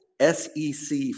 SEC